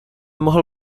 mohl